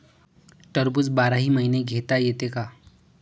टरबूज बाराही महिने घेता येते का?